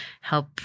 help